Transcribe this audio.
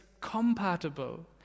compatible